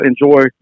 enjoy